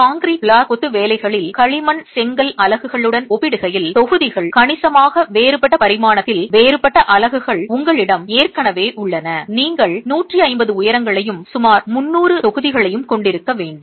concrete block கொத்து வேலைகளில் களிமண் செங்கல் அலகுகளுடன் ஒப்பிடுகையில் தொகுதிகள் கணிசமாக வேறுபட்ட பரிமாணத்தில் வேறுபட்ட அலகுகள் உங்களிடம் ஏற்கனவே உள்ளன நீங்கள் 150 உயரங்களையும் சுமார் 300 தொகுதிகளையும் கொண்டிருக்க வேண்டும்